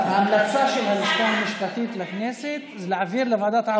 ההמלצה של הלשכה המשפטית לכנסת זה להעביר לוועדת העבודה והרווחה.